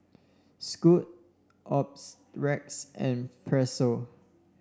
Scoot and Pezzo